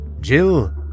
Jill